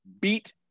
beat